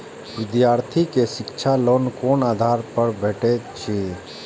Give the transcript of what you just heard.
विधार्थी के शिक्षा लोन कोन आधार पर भेटेत अछि?